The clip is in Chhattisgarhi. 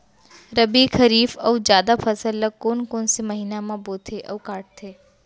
रबि, खरीफ अऊ जादा फसल ल कोन कोन से महीना म बोथे अऊ काटते?